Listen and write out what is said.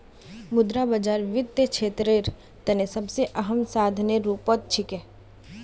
मुद्रा बाजार वित्तीय क्षेत्रेर तने सबसे अहम साधनेर रूपत छिके